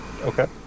Okay